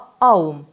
Aum